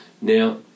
Now